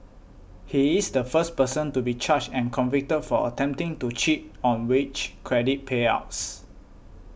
he is the first person to be charged and convicted for attempting to cheat on wage credit payouts